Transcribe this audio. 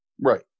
Right